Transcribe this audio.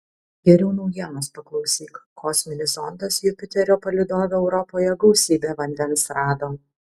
geriau naujienos paklausyk kosminis zondas jupiterio palydove europoje gausybę vandens rado